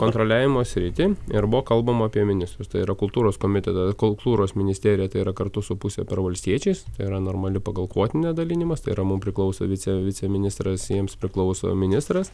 kontroliavimo sritį ir buvo kalbama apie ministrus tai yra kultūros komiteta kultūros ministerija tai yra kartu su puse per valstiečiais tai yra normali pagal kvotinę dalinimas tai yra mum priklauso vice viceministras jiems priklauso ministras